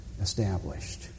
established